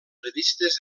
revistes